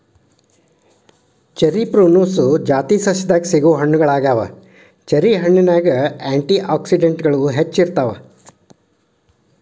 cherry Prunus ಜಾತಿಯ ಸಸ್ಯದಾಗ ಸಿಗೋ ಹಣ್ಣುಗಳಗ್ಯಾವ, ಚೆರಿ ಹಣ್ಣಿನ್ಯಾಗ ಆ್ಯಂಟಿ ಆಕ್ಸಿಡೆಂಟ್ಗಳು ಹೆಚ್ಚ ಇರ್ತಾವ